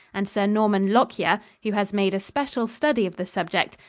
and sir norman lockyer, who has made a special study of the subject,